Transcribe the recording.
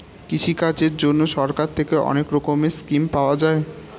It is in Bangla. কৃষিকাজের জন্যে সরকার থেকে অনেক রকমের স্কিম পাওয়া যায়